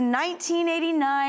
1989